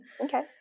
Okay